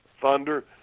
thunder